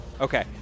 Okay